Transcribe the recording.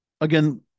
Again